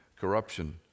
corruption